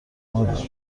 مادر